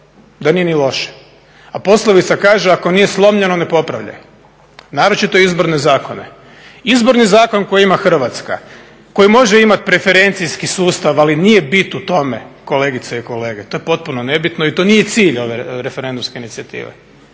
da nije ni loše, a poslovica kaže ako nije slomljeno, ne popravljaj. Naročito izborne zakone. Izborni zakon koji ima Hrvatska, koji može imati preferencijski sustav, ali nije bit u tome, kolegice i kolege, to je potpuno nebitno i to nije cilj ove referendumske inicijative,